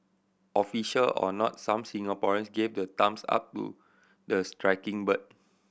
official or not some Singaporeans gave the thumbs up to the striking bird